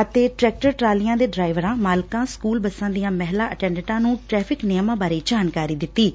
ਅਤੇ ਟਰੈਕਟਰ ਟਰਾਲੀਆਂ ਦੇ ਡਰਾਈਵਰਾਂ ਮਾਲਕਾਂ ਸਕੂਲ ਬੱਸਾਂ ਦੀਆਂ ਮਹਿਲਾ ਅਟੈਂਡੈਂਟਾਂ ਨੂੰ ਟ੍ਟੈਫ਼ਿਕ ਨਿਯਮਾਂ ਬਾਰੇ ਜਾਣਕਾਰੀ ਦਿੱਤੀ ਗਈ